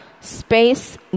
space